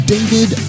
David